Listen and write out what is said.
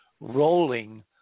rolling